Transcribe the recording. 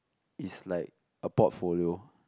is like a portfolio